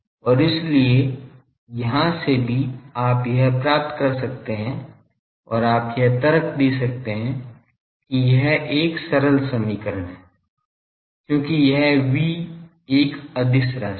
और इसलिए यहां से भी आप यह प्राप्त कर सकते हैं और आप यह तर्क दे सकते हैं कि यह एक सरल समीकरण है क्योंकि यह V एक अदिश राशि है